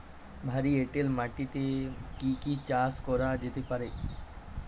ভারী এঁটেল মাটিতে কি কি চাষ করা যেতে পারে?